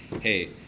hey